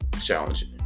challenging